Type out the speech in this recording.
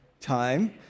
time